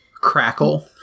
crackle